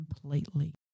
completely